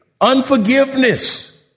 unforgiveness